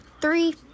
Three